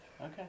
Okay